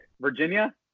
Virginia